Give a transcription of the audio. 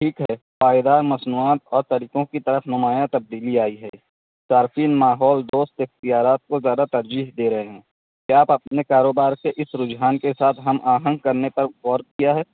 ٹھیک ہے پائیدار مصنوعات اور طریقوں کی طرف نمایاں تبدیلی آئی ہے صارفین ماحول دوست اختیارات کو زیادہ ترجیح دے رہے ہیں کیا آپ اپنے کاروبار کے اس رجحان کے ساتھ ہم آہنگ کرنے پر غور کیا ہے